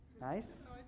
Nice